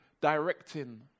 directing